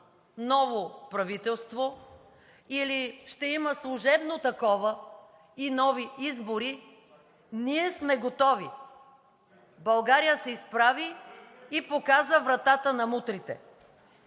ново правителство, или ще има служебно такова и нови избори ние сме готови. България се изправи и показа вратата на мутрите.